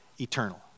eternal